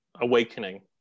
awakening